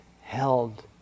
held